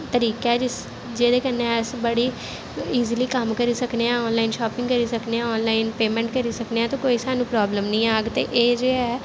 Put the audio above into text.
तरीका ऐ जिस जेह्दे कन्नै अस बड़ी ईजली कम्म करी सकने आं आनलाइन शापिंग करी सकने आं आनलाइन पेमैंट करी सकने आं ते कोई सानूं प्राब्लम निं आह्ग ते एह् जे ऐ